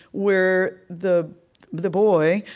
where the the boy,